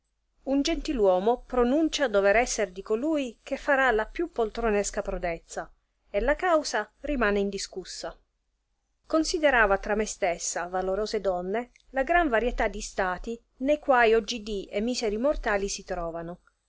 un gentil uomo prononcia dever esser di colui che farà la più poltronesca prodezza e la causa rimane indiscussa considerava tra me stessa valorose donne la gran varietà di stati ne quai oggidì e miseri mortali si trovano